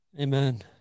Amen